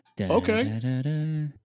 Okay